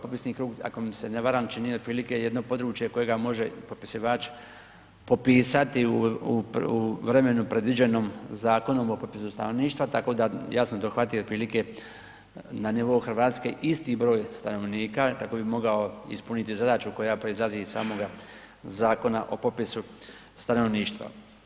Popisni krug ako se ne varam čini otprilike jedno područje kojega može popisivač popisati u vremenu predviđenom Zakonom o popisu stanovništva, tako da ja sam dohvatio otprilike na nivou Hrvatske isti broj stanovnika kako bi mogao ispuniti zadaću koja proizlazi iz samoga Zakona o popisu stanovništva.